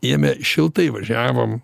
jame šiltai važiavom